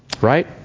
Right